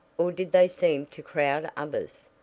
or did they seem to crowd others?